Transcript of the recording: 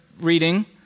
reading